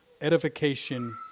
edification